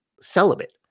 celibate